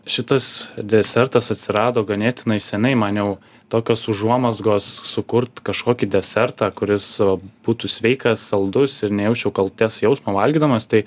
šitas desertas atsirado ganėtinai senai man jau tokios užuomazgos sukurt kažkokį desertą kuris būtų sveikas saldus ir nejausčiau kaltės jausmo valgydamas tai